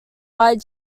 wired